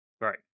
right